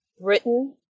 Britain